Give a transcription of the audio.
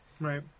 Right